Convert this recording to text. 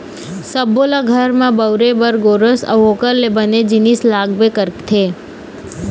सब्बो ल घर म बउरे बर गोरस अउ ओखर ले बने जिनिस लागबे करथे